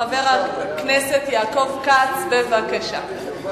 חבר הכנסת יעקב כץ, בבקשה.